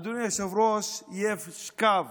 אדוני היושב-ראש, יש קו